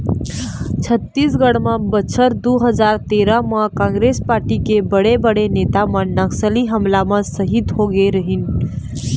छत्तीसगढ़ म बछर दू हजार तेरा म कांग्रेस पारटी के बड़े बड़े नेता मन नक्सली हमला म सहीद होगे रहिन